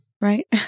Right